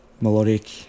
melodic